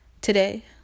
today